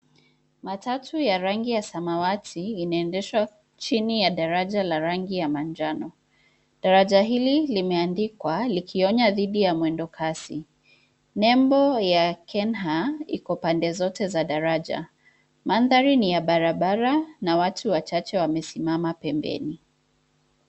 Matatu ya rangi ya samawati inaendeshwa chini ya daraja la rangi ya manjano. Daraja hili limeandikwa likionya dhidi ya mwendo kasi. Nembo ya KeNHA iko pande zote za daraja. Mandhari ni ya barabara na watu wachache wamesimama pembeni.